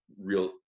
real